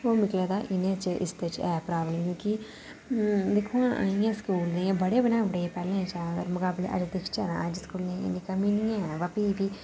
मिगी लगदा इस च ऐ प्राब्लम कि दिक्खो हां इ'यां स्कूल ते इ'यां बड़े बनाई ओड़े दे पैह्लें दे मकाबलै अज्ज दिखचै तां अज्ज स्कूलें दी इन्नी कमी निं ऐ बा फ्ही बी